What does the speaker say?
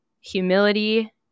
humility